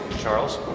charles?